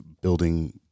building